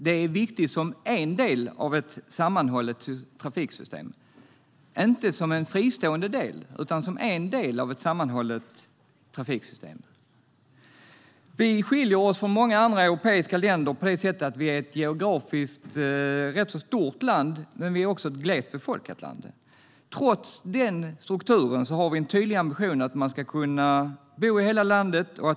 Den är viktig som en del av ett sammanhållet trafiksystem - inte som en fristående del, utan som en del av flera. Sverige skiljer sig från många andra europeiska länder på så sätt att vi är ett geografiskt rätt stort land, men vi är också ett glest befolkat land. Trots att landet har denna struktur har vi en tydlig ambition att man ska kunna bo i hela landet.